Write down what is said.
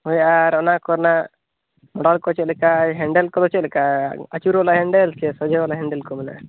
ᱦᱳᱭ ᱟᱨ ᱚᱱᱟ ᱠᱚᱨᱮᱱᱟᱜ ᱢᱚᱰᱮᱞ ᱠᱚ ᱪᱮᱫ ᱞᱮᱠᱟ ᱦᱮᱱᱰᱮᱞ ᱠᱚᱫᱚ ᱪᱮᱫ ᱞᱮᱠᱟ ᱟᱹᱪᱩᱵᱟᱞᱟ ᱦᱮᱱᱰᱮᱞ ᱥᱮ ᱥᱚᱡᱦᱮ ᱵᱟᱞᱟ ᱦᱮᱱᱰᱮᱞ ᱠᱚ ᱢᱮᱱᱟᱜᱼᱟ